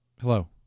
Hello